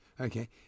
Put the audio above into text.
okay